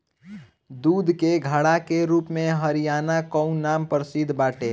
दूध के घड़ा के रूप में हरियाणा कअ नाम प्रसिद्ध बाटे